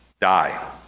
die